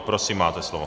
Prosím, máte slovo.